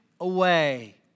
away